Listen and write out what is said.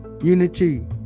unity